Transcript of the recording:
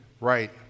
right